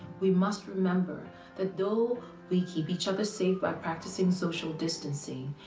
we must remember that though we keep each other safe by practicing social distancing,